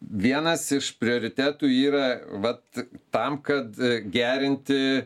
vienas iš prioritetų yra vat tam kad gerinti